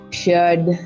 shared